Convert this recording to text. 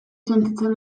sentitzen